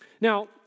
Now